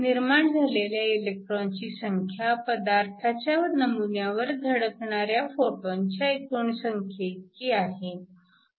निर्माण झालेल्या इलेक्ट्रॉनची संख्या पदार्थाच्या नमुन्यावर धडकणाऱ्या फोटॉनच्या एकूण संख्येइतकी आहे